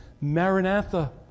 Maranatha